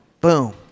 boom